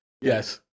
Yes